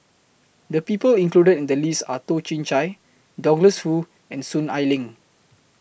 The People included in The list Are Toh Chin Chye Douglas Foo and Soon Ai Ling